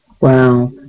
Wow